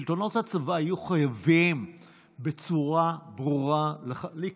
שלטונות הצבא יהיו חייבים להביא בצורה ברורה לידיעת